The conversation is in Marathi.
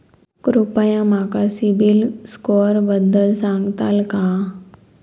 कृपया माका सिबिल स्कोअरबद्दल सांगताल का?